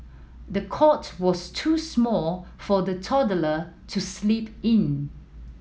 the cot was too small for the toddler to sleep in